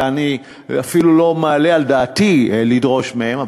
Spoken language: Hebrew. שאני אפילו לא מעלה על דעתי לדרוש מהם,